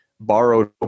Borrowed